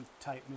type